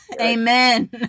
Amen